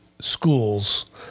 schools